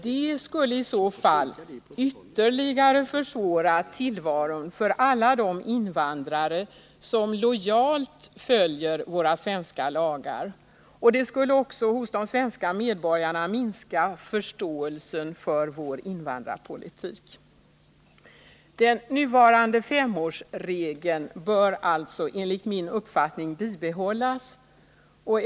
Detta skulle i så fall ytterligare försvåra tillvaron för alla de invandrare som lojalt följer våra svenska lagar. Det skulle också hos de svenska medborgarna minska förståelsen för vår invandrarpolitik. Den nuvarande femårsregeln bör alltså enligt min uppfattning bibehållas.